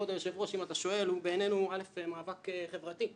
כבוד היושב-ראש אם אתה שואל הוא קודם כל מאבק חברתי בעינינו.